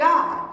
God